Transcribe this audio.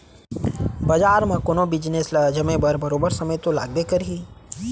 बजार म कोनो बिजनेस ल जमे बर बरोबर समे तो लागबे करही